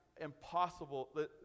impossible